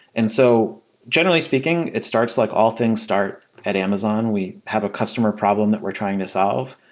and so generally speaking, it starts like all things start at amazon. we have a customer problem that we're trying to solve.